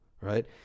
Right